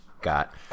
got